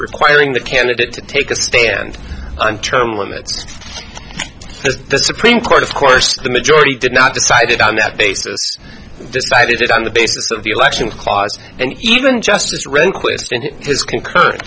requiring the candidate to take a stand on term limits the supreme court of course the majority did not decided on that basis decided on the basis of the election clause and even justice rehnquist and his concurred